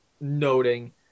noting